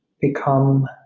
become